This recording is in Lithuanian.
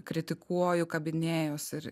kritikuoju kabinėjuos ir